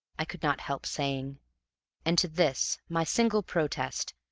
i could not help saying and to this, my single protest,